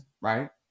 right